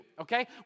okay